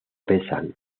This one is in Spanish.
pesan